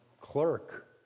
clerk